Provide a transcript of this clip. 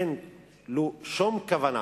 אין לו שום כוונה